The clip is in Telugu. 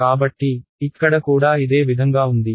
కాబట్టి ఇక్కడ కూడా ఇదే విధంగా ఉంది